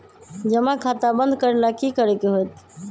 जमा खाता बंद करे ला की करे के होएत?